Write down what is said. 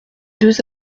deux